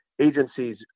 agencies